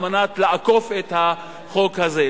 על מנת לעקוף את החוק הזה.